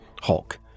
Hulk